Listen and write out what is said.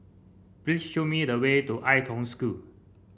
please show me the way to Ai Tong School